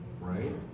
Right